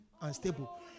unstable